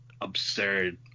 absurd